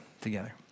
together